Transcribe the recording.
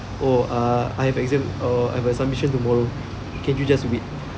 oh err I have exam oh I have a submission tomorrow can you just wait